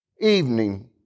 evening